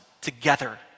together